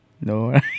No